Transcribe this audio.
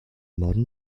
modern